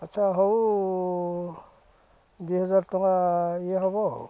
ଆଚ୍ଛା ହଉ ଦୁଇ ହଜାର ଟଙ୍କା ଇଏ ହବ ଆଉ